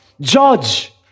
judge